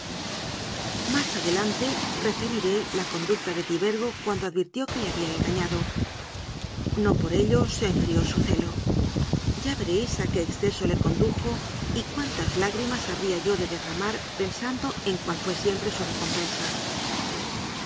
más adelante referiré la conducta de tibergo cuando advirtió que le había engañado no por ello se enfrió su celo ya veréis a qué exceso le condujo y cuántas lágrimas habría yo de derramar pensando en cuál fué siempre su recompensa